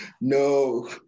no